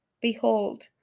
Behold